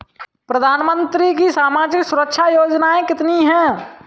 प्रधानमंत्री की सामाजिक सुरक्षा योजनाएँ कितनी हैं?